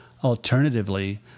Alternatively